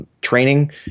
Training